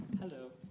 Hello